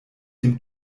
dem